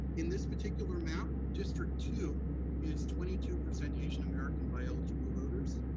in this particular map, district two is twenty two percent asian american by eligible voters.